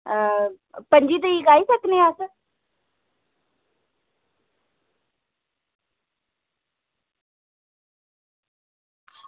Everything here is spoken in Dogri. पं'जी तरीक आई सकनें अस